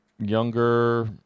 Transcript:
Younger